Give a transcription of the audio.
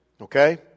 Okay